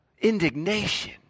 indignation